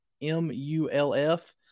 M-U-L-F